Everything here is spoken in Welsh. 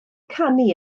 canu